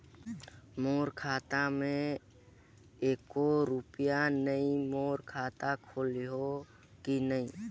मोर खाता मे एको रुपिया नइ, मोर खाता खोलिहो की नहीं?